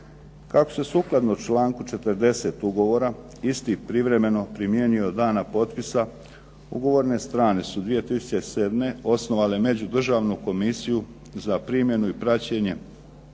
Kako se sukladno članku 40. Ugovora isti privremeno primijenio od dana potpisa, ugovorne strane su 2007. osnovale međudržavnu komisiju za primjenu i praćenje